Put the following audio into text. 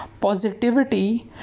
positivity